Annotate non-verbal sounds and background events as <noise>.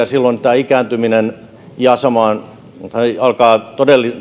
<unintelligible> silloin tämä ikääntyminen alkaa